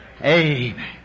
Amen